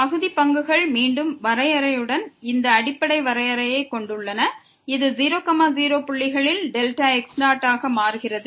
எனவே பகுதி பங்குகள் மீண்டும் வரையறையுடன் இந்த அடிப்படை வரையறையைக் கொண்டுள்ளன இது 0 0 புள்ளிகளில் x0 ஆக மாறுகிறது